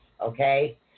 okay